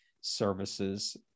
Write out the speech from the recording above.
services